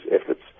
efforts